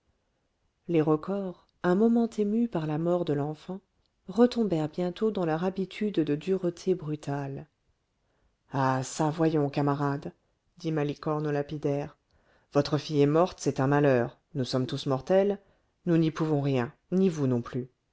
les recors un moment émus par la mort de l'enfant retombèrent bientôt dans leur habitude de dureté brutale ah çà voyons camarade dit malicorne au lapidaire votre fille est morte c'est un malheur nous sommes tous mortels nous n'y pouvons rien ni vous non plus